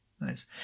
Nice